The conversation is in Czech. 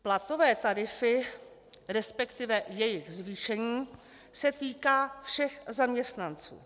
Platové tarify, respektive jejich zvýšení se týká všech zaměstnanců.